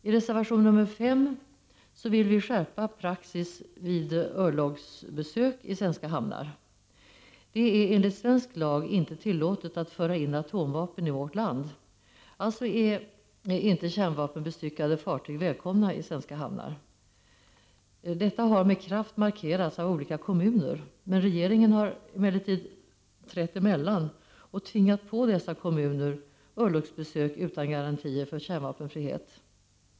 I reservation nr 5 vill vi skärpa praxis vid örlogsbesök i svenska hamnar. Det är enligt svensk lag inte tillåtet att föra in atomvapen i vårt land. Alltså är inte kärnvapenbestyckade fartyg välkomna i svenska hamnar. Detta har med kraft markerats av olika kommuner. Regeringen har emellertid trätt emellan och tvingat på dessa kommuner örlogsbesök utan garantier för kärnvapenfrihet.